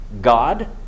God